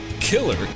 killer